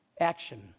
action